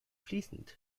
fließend